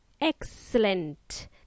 Excellent